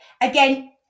again